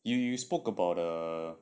you you spoke about the